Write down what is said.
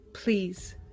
Please